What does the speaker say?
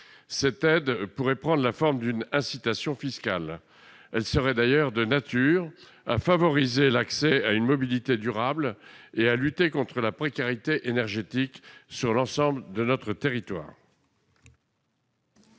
Cette aide pourrait prendre la forme d'une incitation fiscale. Elle serait de nature à favoriser l'accès à une mobilité durable et à lutter contre la précarité énergétique sur l'ensemble du territoire.